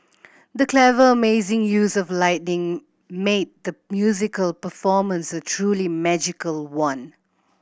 the clever amazing use of lighting made the musical performance a truly magical one